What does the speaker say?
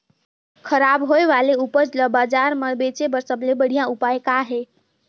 खराब होए वाले उपज ल बाजार म बेचे बर सबले बढ़िया उपाय का हे?